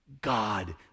God